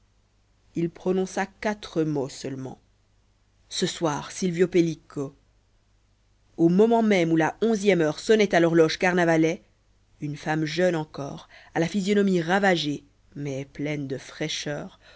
il prononça quatre mots seulement ce soir silvio pellico au moment même où la onzième heure sonnait à l'horloge carnavalet une femme jeune encore à la physionomie ravagée mais pleine de fraîcheur